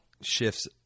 Shifts